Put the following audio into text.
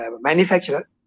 manufacturer